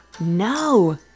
No